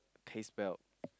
taste well